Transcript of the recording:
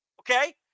Okay